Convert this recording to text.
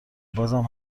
بازم